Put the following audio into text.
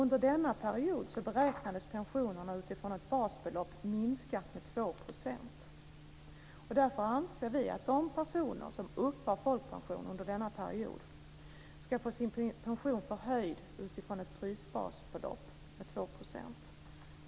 Under denna period beräknades nämligen pensionerna utifrån ett basbelopp minskat med 2 %. Därför anser vi att de personer som uppbar folkpension under denna period ska få sin pension förhöjd utifrån ett prisbasbelopp med 2 %.